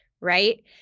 right